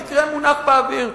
המקרה מונף באוויר,